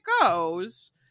goes